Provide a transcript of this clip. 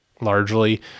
Largely